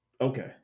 Okay